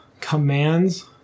commands